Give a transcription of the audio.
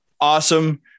Awesome